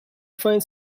find